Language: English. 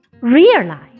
Realize